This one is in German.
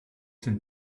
dem